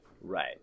right